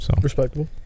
Respectable